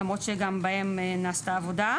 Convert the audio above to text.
למרות שגם בהם נעשתה עבודה,